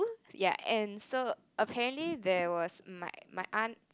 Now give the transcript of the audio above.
ya and so apparently there was my my aunt